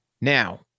Now